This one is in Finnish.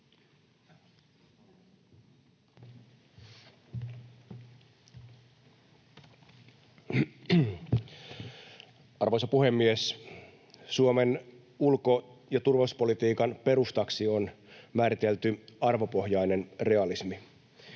Arvoisa puhemies! Suomen ulko- ja turvallisuuspolitiikan perustaksi on määritelty arvopohjainen realismi.